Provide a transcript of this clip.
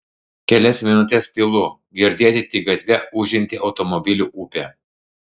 kelias minutes tylu girdėti tik gatve ūžianti automobilių upė